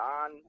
on